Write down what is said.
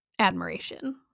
admiration